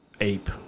ape